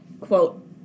quote